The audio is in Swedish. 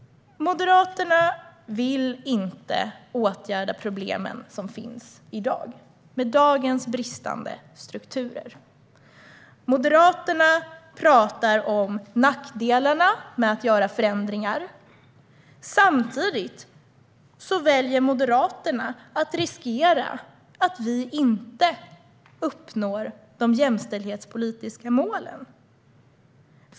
Moderaterna vill inte åtgärda de problem som finns med dagens bristande strukturer. Moderaterna talar om nackdelarna med att göra förändringar. Samtidigt väljer de att riskera att vi inte uppnår de jämställdhetspolitiska målen.